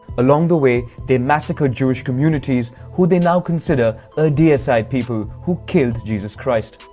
along the way, they massacred jewish communities who they now consider a deicide people, who killed jesus christ.